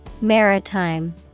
Maritime